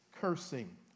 cursing